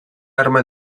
arma